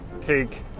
take